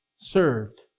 served